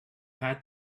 had